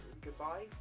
goodbye